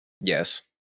yes